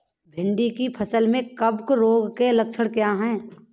भिंडी की फसल में कवक रोग के लक्षण क्या है?